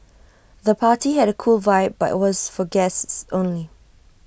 the party had A cool vibe but was for guests only